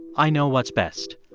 i know what's best.